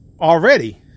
already